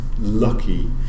lucky